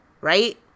right